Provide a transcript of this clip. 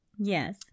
yes